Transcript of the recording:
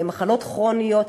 מחלות כרוניות.